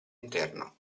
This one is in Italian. interno